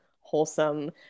wholesome